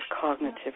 cognitive